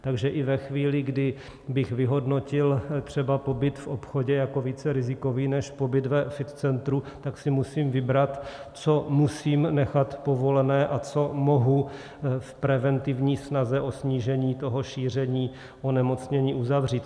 Takže i ve chvíli, kdy bych vyhodnotil pobyt v obchodě jako více rizikový než pobyt ve fit centru, tak si musím vybrat, co musím nechat povolené a co mohu v preventivní snaze o snížení toho šíření onemocnění uzavřít.